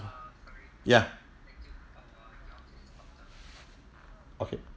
ya okay